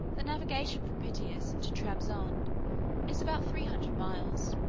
the navigation from pityus to trebizond is about three hundred miles.